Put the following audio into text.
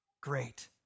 great